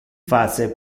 face